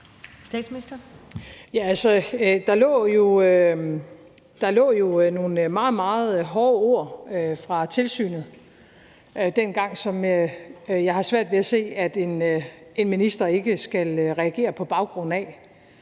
Der lå jo nogle meget, meget hårde ord fra tilsynet dengang, som jeg har svært ved at se at en minister ikke skal reagere på baggrund af.